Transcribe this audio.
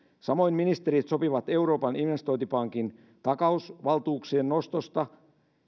samoin ministerit sopivat euroopan investointipankin takausvaltuuksien nostosta